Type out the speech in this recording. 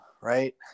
right